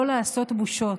לא לעשות בושות.